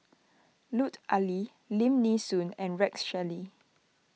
Lut Ali Lim Nee Soon and Rex Shelley